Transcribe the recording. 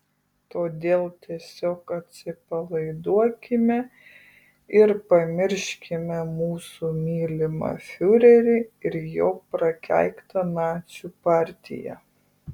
todėl tiesiog atsipalaiduokime ir pamirškime mūsų mylimą fiurerį ir jo prakeiktą nacių partiją